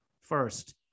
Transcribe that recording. first